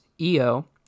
Eo